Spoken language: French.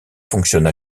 fonctionne